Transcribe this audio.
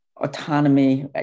autonomy